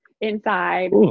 inside